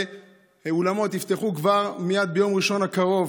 האולמות יפתחו מייד ביום ראשון הקרוב,